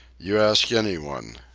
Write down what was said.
you ask any one.